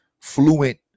fluent